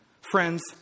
Friends